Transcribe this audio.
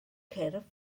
cyrff